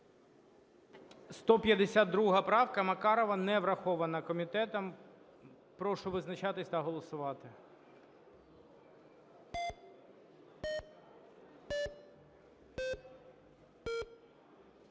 165 правка, вона не врахована комітетом. Прошу визначатись та голосувати.